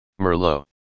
Merlot